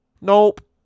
Nope